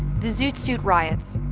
the zoot suit riots.